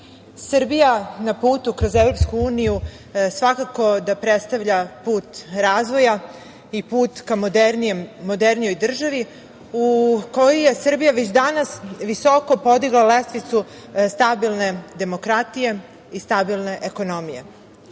na putu kroz EU svakako da prestavlja put razvoja i put ka modernijoj državi u kojoj je Srbija već danas visoko podigla lestvicu stabilne demokratije i stabilne ekonomije.